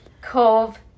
Cove